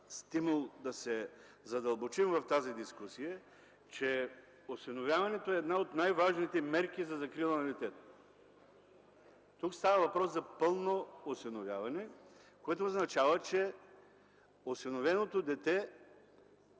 стимул да се задълбочим в тази дискусия, че осиновяването е една от най-важните мерки за закрила на детето. Тук става въпрос за пълно осиновяване, което означава, че осиновеното дете